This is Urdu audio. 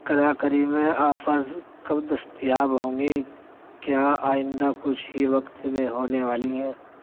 کراکری میں آفرز کب دستیاب ہوں گی کیا آئندہ کچھ ہی وقت میں ہونے والی ہیں